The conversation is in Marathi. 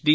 डी